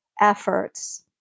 efforts